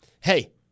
Hey